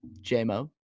J-Mo